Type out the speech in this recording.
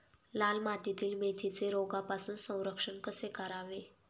लाल मातीतील मेथीचे रोगापासून संरक्षण कसे करावे?